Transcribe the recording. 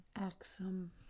Axum